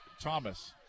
Thomas